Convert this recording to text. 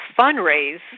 fundraise